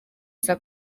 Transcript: saa